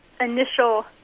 initial